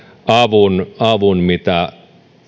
avun avun mitä